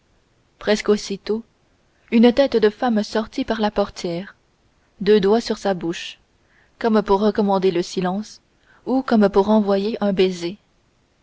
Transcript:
presque aussitôt une tête de femme sortit par la portière deux doigts sur la bouche comme pour recommander le silence ou comme pour envoyer un baiser